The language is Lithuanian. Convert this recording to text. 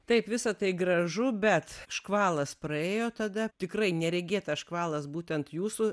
taip visa tai gražu bet škvalas praėjo tada tikrai neregėtas škvalas būtent jūsų